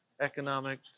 economic